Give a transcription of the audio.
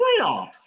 playoffs